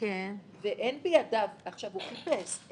הוא חיפש,